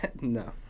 No